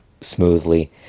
smoothly